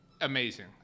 amazing